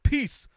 Peace